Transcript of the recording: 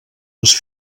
les